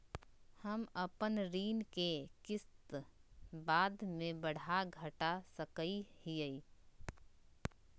हम अपन ऋण के किस्त बाद में बढ़ा घटा सकई हियइ?